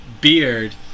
beard